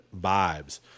vibes